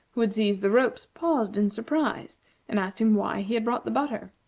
who had seized the ropes, paused in surprise and asked him why he had brought the butter.